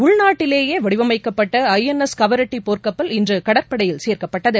உள்நாட்டிலேயே வடிவமைக்கப்பட்ட I N S Kavaratti போர்க்கல் இன்று கடற்படையில் சேர்க்கப்பட்டது